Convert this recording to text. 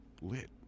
lit